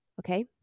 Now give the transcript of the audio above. Okay